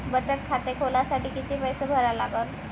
बचत खाते खोलासाठी किती पैसे भरा लागन?